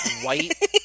white